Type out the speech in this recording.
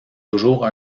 toujours